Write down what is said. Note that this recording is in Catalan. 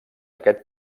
aquest